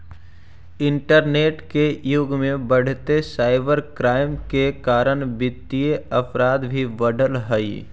internet के युग में बढ़ीते साइबर क्राइम के कारण वित्तीय अपराध भी बढ़ित हइ